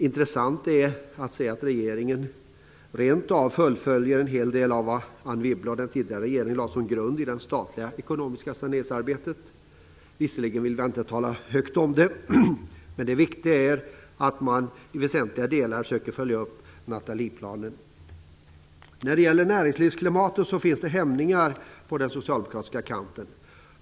Intressant är att se att regeringen rent av fullföljer en hel del av vad Anne Wibble och den tidigare regeringen lade som grund i det statliga ekonomiska saneringsarbetet. Visserligen vill man inte tala högt om det. Men det viktiga är att man i väsentliga delar försöker att följa upp Nathalieplanen. När det gäller näringslivsklimatet finns det hämningar på den socialdemokratiska kanten.